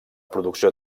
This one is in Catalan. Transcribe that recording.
producció